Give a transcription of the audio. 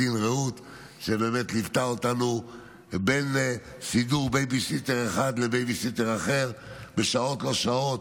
שליוותה אותנו בין סידור בייביסיטר אחד לבייביסיטר אחר בשעות לא שעות,